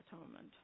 atonement